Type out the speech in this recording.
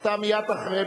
אני מזמין את